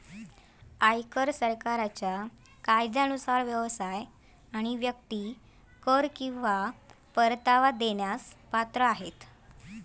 आयकर सरकारच्या कायद्यानुसार व्यवसाय आणि व्यक्ती कर किंवा कर परतावा देण्यास पात्र आहेत